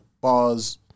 bars